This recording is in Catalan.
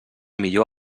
millor